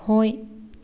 ꯍꯣꯏ